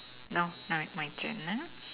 now now is my turn ah